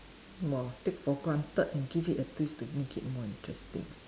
more take for granted and give it a twist to make it more interesting